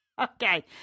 Okay